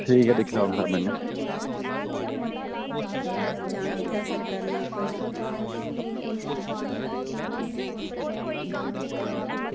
ठीक ऐ दिक्खी लैओ मेरे कन्नै